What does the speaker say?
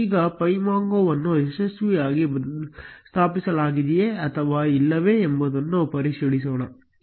ಈಗ pymongoವನ್ನು ಯಶಸ್ವಿಯಾಗಿ ಸ್ಥಾಪಿಸಲಾಗಿದೆಯೇ ಅಥವಾ ಇಲ್ಲವೇ ಎಂಬುದನ್ನು ಪರಿಶೀಲಿಸೋಣ